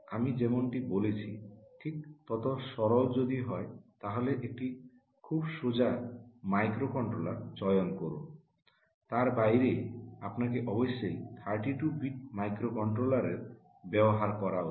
আমি যেমনটি বলেছি ঠিক তত সরল যদি হয় তাহলে একটি খুব সোজা মাইক্রোকন্ট্রোলার চয়ন করুন তার বাইরে আপনাকে অবশ্যই 32 বিট মাইক্রোকন্ট্রোলারের ব্যবহার করা উচিত